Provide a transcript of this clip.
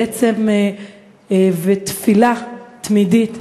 ותפילה תמידית,